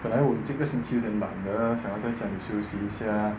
本来我这个星期挺懒的想要在家里休息一下